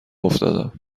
افتادم